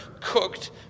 cooked